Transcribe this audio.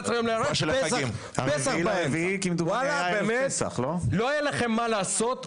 לא היה לכם מה לעשות,